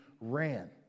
ran